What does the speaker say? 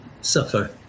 suffer